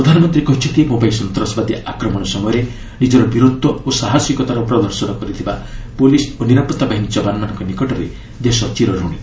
ପ୍ରଧାନମନ୍ତ୍ରୀ କହିଛନ୍ତି ମ୍ରମ୍ଭାଇ ସନ୍ତାସବାଦୀ ଆକ୍ରମଣ ସମୟରେ ନିଜର ବୀରତ୍ୱ ଓ ସାହସିକତାର ପ୍ରଦର୍ଶନ କରିଥିବା ପୁଲିସ୍ ଓ ନିରାପତ୍ତା ବାହିନୀ ଯବାନମାନଙ୍କ ନିକଟରେ ଦେଶ ଚିରଋଣୀ